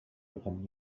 open